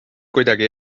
kuidagi